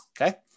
okay